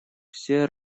все